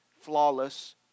flawless